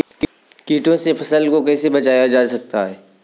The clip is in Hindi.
कीटों से फसल को कैसे बचाया जा सकता है?